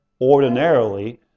ordinarily